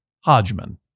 Hodgman